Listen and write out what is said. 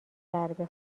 ضربه